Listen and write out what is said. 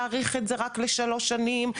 להאריך את זה רק לשלוש שנים,